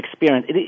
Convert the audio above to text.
experience